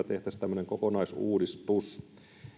tehtäisiin kokonaisuudistus